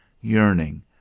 yearning